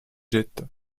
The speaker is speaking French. jette